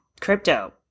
crypto